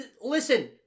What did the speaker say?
listen